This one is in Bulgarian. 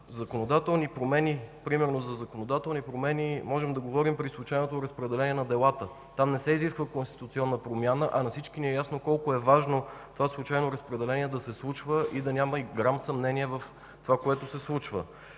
за законодателни промени можем да говорим при случайното разпределение на делата. Там не се изисква конституционна промяна, а на всички ни е ясно колко е важно това случайно разпределение да се случва и да няма и грам съмнение в това, което се случва.